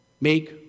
Make